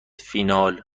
فینال